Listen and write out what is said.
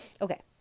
Okay